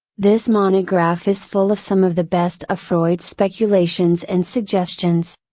this monograph is full of some of the best of freud's speculations and suggestions.